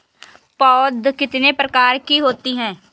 पौध कितने प्रकार की होती हैं?